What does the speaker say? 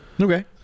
Okay